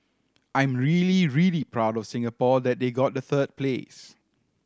I'm really really proud of Singapore that they got the third place